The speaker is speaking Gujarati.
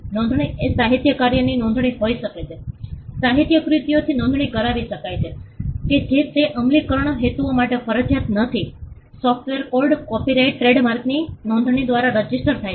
નોંધણી એ સાહિત્યિક કાર્યની નોંધણી હોઈ શકે છે સાહિત્યિક કૃતિઓની નોંધણી કરાવી શકાય છે જો કે તે અમલીકરણ હેતુઓ માટે ફરજિયાત નથી સોફ્ટવેર કોડ કોપિરાઇટ ટ્રેડમાર્કની નોંધણી દ્વારા રજીસ્ટર થાય છે